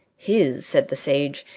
his, said the sage,